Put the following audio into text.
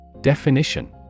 Definition